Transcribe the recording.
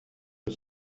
for